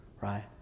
right